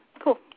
Cool